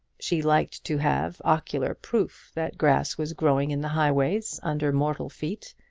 she liked to have ocular proof that grass was growing in the highways under mortal feet,